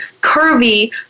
curvy